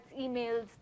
emails